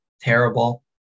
terrible